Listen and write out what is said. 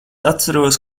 atceros